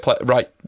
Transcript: right